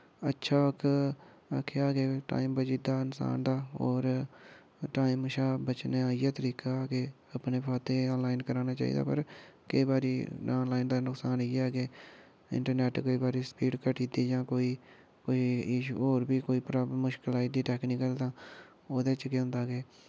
अच्छा आखेआ कि टाईम बची जंदा इंसान दा और टाईम शा बचने इ'यां तरीका कि अपने खातें आनलाईन कराने चाहि्दे पर केई बारी आनलाईन दा नुकसान कि इंटरनेट केई बारी स्पीड घटी जंदी जां कोई कोई इशू और बी कोई प्राबल्म मुश्कल आई दी टेक्नीकल ओह्दे च केह् होंदा कि